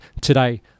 today